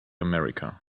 america